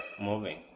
moving